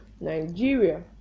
Nigeria